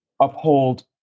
uphold